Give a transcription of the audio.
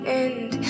end